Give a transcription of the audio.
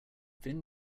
fin